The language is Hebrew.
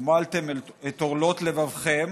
"ומלתם את ערלת לבבכם